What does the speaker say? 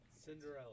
Cinderella